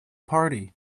party